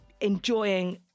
enjoying